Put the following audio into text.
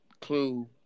clue